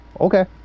okay